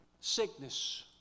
Sickness